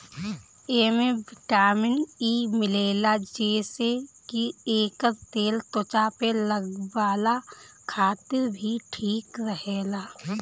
एमे vitamin E मिलेला जेसे की एकर तेल त्वचा पे लगवला खातिर भी ठीक रहेला